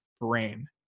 brain